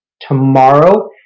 tomorrow